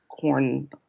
corn